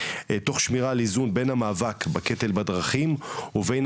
תוך שמירה על איזון בין המאבק בין הקטל בדרכים ובין